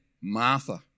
Martha